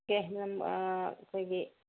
ꯑꯥ ꯑꯩꯈꯣꯏꯒꯤ